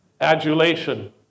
adulation